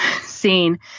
scene